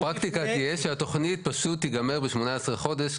הפרקטיקה תהיה פשוט שהתוכנית תיגמר ב-18 חודשים,